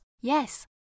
Yes